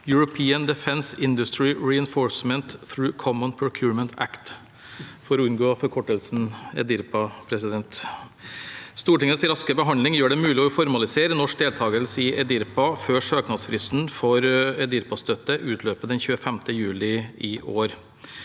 European Defence Industry Reinforcement through common Procurement Act, med forkortelsen EDIRPA. Stortingets raske behandling gjør det mulig å formalisere norsk deltakelse i EDIRPA før søknadsfristen for EDIRPA-støtte utløper den 25. juli i år.